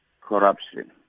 corruption